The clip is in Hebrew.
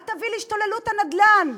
את תביאי להשתוללות הנדל"ן,